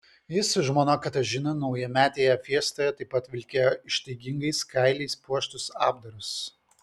jis su žmona katažina naujametėje fiestoje taip pat vilkėjo ištaigingais kailiais puoštus apdarus